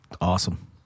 Awesome